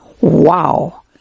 Wow